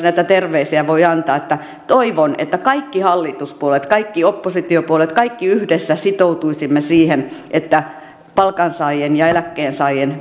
näitä terveisiä voi antaa että toivon että kaikki hallituspuolueet kaikki oppositiopuolueet kaikki yhdessä sitoutuisimme siihen että palkansaajien ja eläkkeensaajien